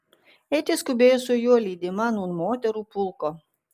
eiti skubėjo su juo lydima nūn moterų pulko